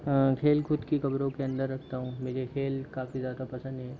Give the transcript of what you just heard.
हाँ खेलकूद की खबरों के अंदर रखता हूँ मुझे खेल काफ़ी ज़्यादा पसंद हैं